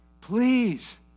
Please